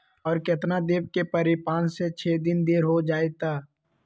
और केतना देब के परी पाँच से छे दिन देर हो जाई त?